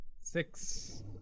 Six